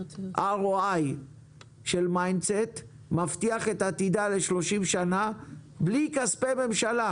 ROI של MindCET מבטיח את עתידה ל-30 שנה בלי כספי ממשלה.